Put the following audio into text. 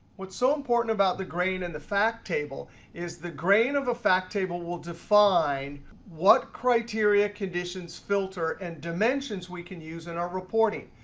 what's so important about the grain of and the fact table is the grain of a fact table will define what criteria conditions filter and dimensions we can use in our reporting.